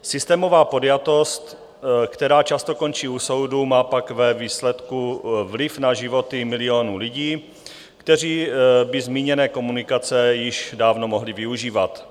Systémová podjatost, která často končí u soudu, má pak ve výsledku vliv na životy milionů lidí, kteří by zmíněné komunikace již dávno mohli využívat.